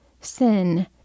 sin